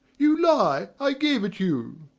you lie i gave it you.